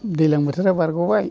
दैज्लां बोथोरा बारग'बाय